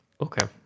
Okay